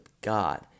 God